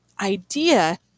idea